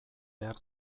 behar